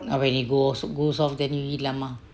I already go goes off then you eat lah mah